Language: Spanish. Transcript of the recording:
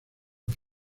con